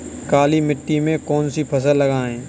काली मिट्टी में कौन सी फसल लगाएँ?